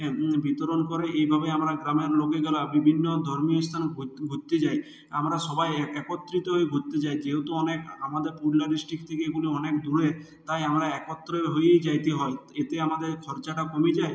এই বিতরণ করে এইভাবেই আমরা গ্রামের লোকেগুলা বিভিন্ন ধর্মীয় স্থান ঘুত ঘুরতে যাই আমরা সবাই এ একত্রিত হয়ে ঘু্রতে যাই যেহেতু অনেক আমাদের পুরুলিয়া ডিস্ট্রিক থেকে এগুলি অনেক দূরে তাই আমরা একত্র হয়েই যেতে হয় এতে আমাদের খরচাটা কমে যায়